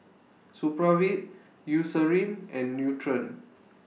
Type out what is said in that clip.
Supravit Eucerin and Nutren